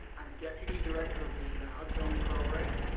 deputy director of the hubzone program.